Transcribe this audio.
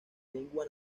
lengua